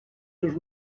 seus